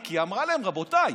היא אמרה להם: רבותיי,